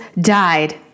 died